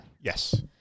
Yes